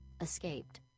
escaped